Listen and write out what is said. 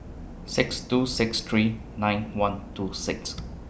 six two six three nine one two six